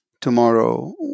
Tomorrow